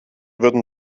würden